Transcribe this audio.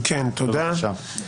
בבקשה.